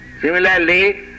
Similarly